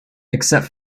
except